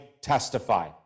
testify